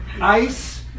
ice